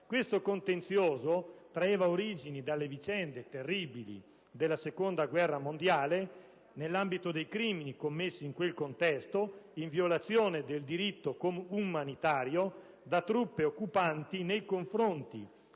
Questo contenzioso traeva origine dalle terribili vicende della Seconda guerra mondiale nell'ambito dei crimini commessi in quel contesto, in violazione del diritto umanitario, da truppe occupanti nei confronti